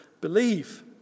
believe